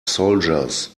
soldiers